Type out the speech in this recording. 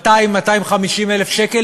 200,000 250,000 שקל,